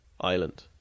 island